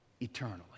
eternally